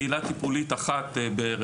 קהילה טיפולית אחת נסגרה,